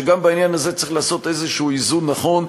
שגם בעניין הזה צריך לעשות איזשהו איזון נכון,